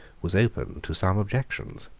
was open to some objections.